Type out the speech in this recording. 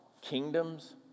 kingdoms